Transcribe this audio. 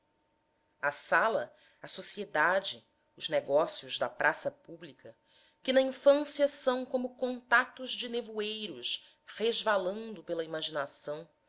a sala a sociedade os negócios da praça pública que na infância são como contatos de nevoeiros resvalando pela imaginação